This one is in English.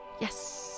Yes